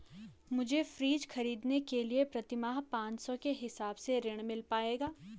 मुझे फ्रीज खरीदने के लिए प्रति माह पाँच सौ के हिसाब से ऋण मिल पाएगा?